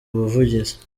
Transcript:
ubuvugizi